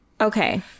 okay